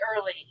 early